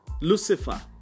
Lucifer